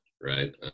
Right